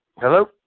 Hello